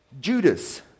Judas